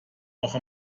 auch